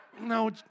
No